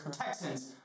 Texans